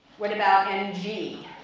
what about mg?